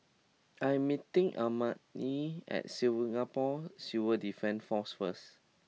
I am meeting Elmina at Singapore Civil Defence Force first